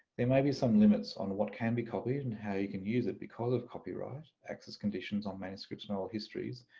may be some limits on what can be copied and how you can use it because of copyright, access conditions on manuscripts and oral histories,